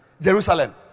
Jerusalem